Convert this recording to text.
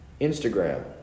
Instagram